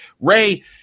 Ray